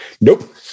nope